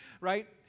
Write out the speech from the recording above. right